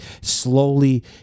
slowly